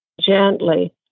gently